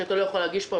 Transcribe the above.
שאתה לא יכול להגיש פה,